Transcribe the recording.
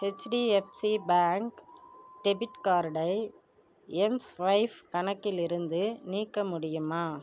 HDFC bank debit கார்டை Mswipe கணக்கிலிருந்து நீக்க முடியுமா